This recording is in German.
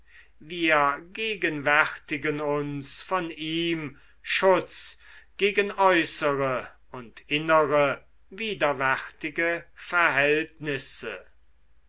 wir gewärtigen uns von ihm schutz gegen äußere und innere widerwärtige verhältnisse